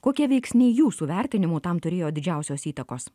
kokie veiksniai jūsų vertinimu tam turėjo didžiausios įtakos